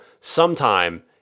sometime